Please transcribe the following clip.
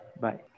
Bye